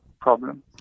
problem